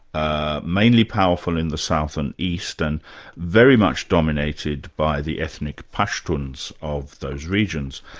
ah mainly powerful in the south and east, and very much dominated by the ethnic pashtuns of those regions.